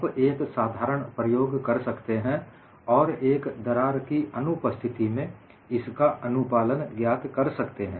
आप एक साधारण प्रयोग कर सकते हैं और एक दरार की अनुपस्थिति में इसका अनुपालन ज्ञात कर सकते हैं